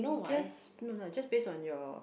guess no lah just based on your